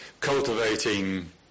cultivating